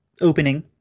opening